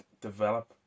develop